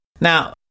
Now